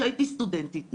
שהייתי סטודנטית,